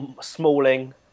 Smalling